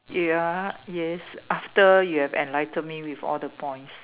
ya yes after you have enlightened me with all the points